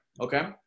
okay